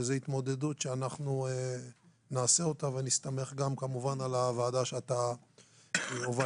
וזו התמודדות שנעשה אותה ונסתמך כמובן גם על הוועדה שאתה הובלת.